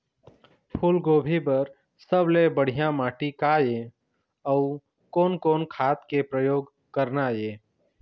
फूलगोभी बर सबले बढ़िया माटी का ये? अउ कोन कोन खाद के प्रयोग करना ये?